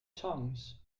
tongues